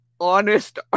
honest